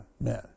men